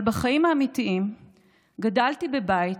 אבל בחיים האמיתיים גדלתי בבית,